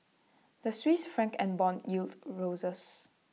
the Swiss Franc and Bond yields roses